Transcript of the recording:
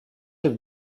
have